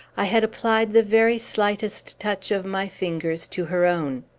i had applied the very slightest touch of my fingers to her own.